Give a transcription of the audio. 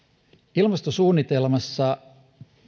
ilmastosuunnitelmassa